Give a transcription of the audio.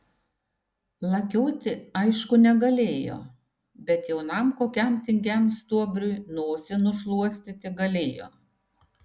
lakioti aišku negalėjo bet jaunam kokiam tingiam stuobriui nosį nušluostyti galėjo